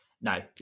No